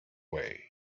way